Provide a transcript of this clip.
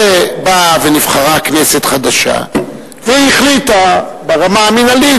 ובאה ונבחרה כנסת חדשה והיא החליטה ברמה המינהלית